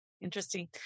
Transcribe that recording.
interesting